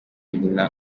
nyina